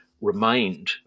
remained